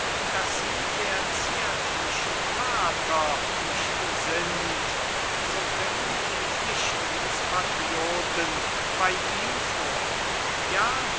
daß sie der zärtliche vater nicht sind so dringen die pflichten des patrioten bei ihm vor ja